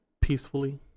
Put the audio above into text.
peacefully